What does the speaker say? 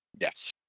Yes